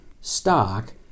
stock